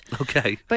Okay